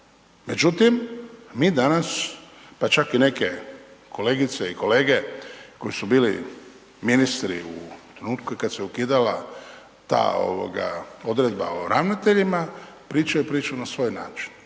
Međutim, mi danas pa čak i neke kolegice i kolege koji su bili ministri u trenutku kad se ukidala ta ovoga odredba o ravnateljima pričaju priču na svoj način.